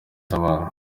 utabara